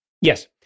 Yes